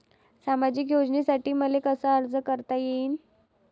सामाजिक योजनेसाठी मले कसा अर्ज करता येईन?